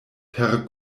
per